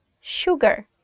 sugar